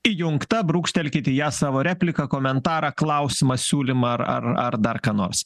įjungta brūkštelkit į ją savo repliką komentarą klausimą siūlymą ar ar ar dar ką nors